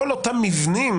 כל אותם מבנים